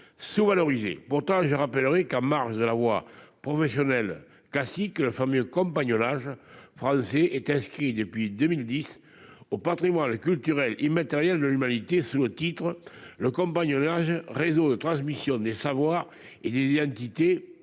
sous-valorisé, à tort. Pourtant, je rappellerai que, en marge de la voie professionnelle classique, le fameux compagnonnage français est inscrit depuis 2010 au patrimoine culturel immatériel de l'humanité sous le titre « Le compagnonnage, réseau de transmission des savoirs et des identités